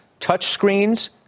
touchscreens